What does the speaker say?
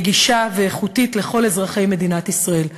נגישה ואיכותית לכל אזרחי מדינת ישראל.